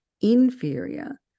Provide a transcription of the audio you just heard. inferior